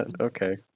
Okay